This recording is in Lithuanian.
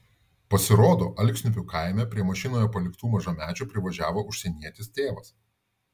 pasirodo alksniupių kaime prie mašinoje paliktų mažamečių privažiavo užsienietis tėvas